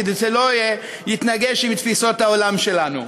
כדי שלא יתנגש עם תפיסות העולם שלנו.